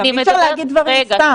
אי אפשר להגיד דברים סתם,